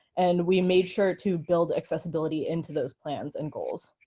and we made sure to build accessibility into those plans and goals.